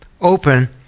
open